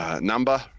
Number